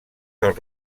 del